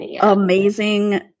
amazing